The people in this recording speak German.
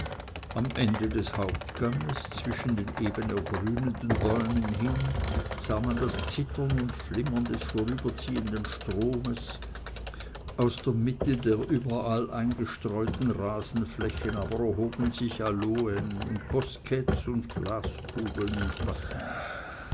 am ende des hauptganges zwischen den eben ergrünenden bäumen hin sah man das zittern und flimmern des vorüberziehenden stromes aus der mitte der überall eingestreuten rasenflächen aber erhoben sich aloen und bosketts und glaskugeln und bassins